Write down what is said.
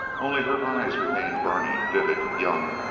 only her eyes remained burning, vivid, young,